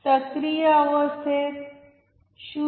सक्रिय अवस्थेत 0